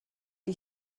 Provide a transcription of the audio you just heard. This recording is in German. die